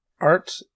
art